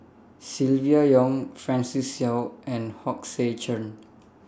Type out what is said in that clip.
Silvia Yong Francis Seow and Hong Sek Chern